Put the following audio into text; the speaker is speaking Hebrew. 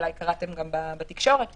אולי קראתם בתקשורת,